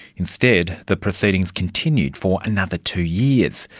instead, the proceedings continued for another two years.